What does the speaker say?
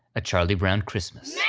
a charlie brown christmas.